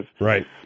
Right